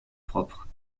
propre